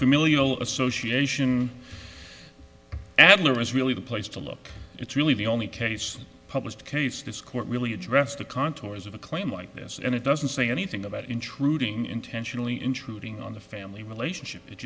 familial association adler is really the place to look it's really the only case published case this court really addressed the contours of a claim whiteness and it doesn't say anything about intruding intentionally intruding on the family relationship it